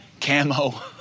camo